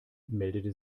meldete